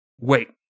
Wait